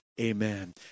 Amen